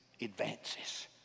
advances